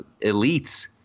elites